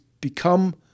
become